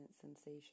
sensation